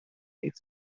and